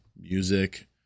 music